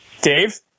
Dave